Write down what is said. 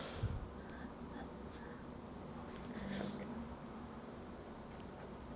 um